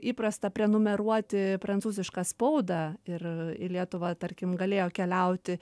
įprasta prenumeruoti prancūzišką spaudą ir į lietuvą tarkim galėjo keliauti